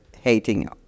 hating